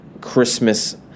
Christmas